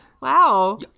Wow